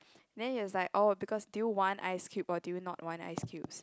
then she was like oh because do you want ice cube or do you not want ice cubes